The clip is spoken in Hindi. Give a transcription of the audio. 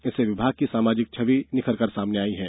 इससे विभाग की सामाजिक छवि निखर कर सामने आई है